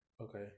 Okay